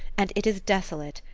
and it is desolate,